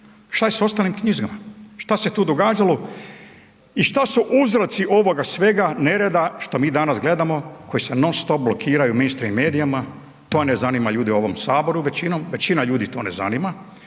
Što je s ostalim knjigama? Što se tu događalo i što su uzroci ovoga svega, nereda što mi danas gledamo koji se non stop blokiraju u mainstream medijima, to ne zanima ljude u ovom Saboru, većinom. Većina ljudi to ne zanima,